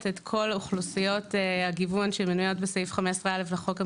את כל אוכלוסיות הגיוון שמנויות בסעיף 15א' לחוק המינויים,